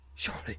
Surely